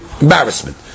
embarrassment